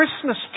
Christmas